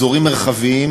אזורים מרחביים,